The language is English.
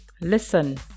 listen